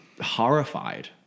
horrified